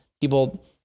people